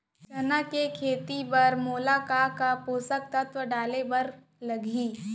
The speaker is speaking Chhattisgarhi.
चना के खेती बर मोला का का पोसक तत्व डाले बर लागही?